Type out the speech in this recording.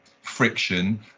friction